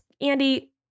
andy